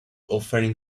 offering